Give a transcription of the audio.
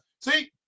See